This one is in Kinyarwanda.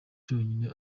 cyonyine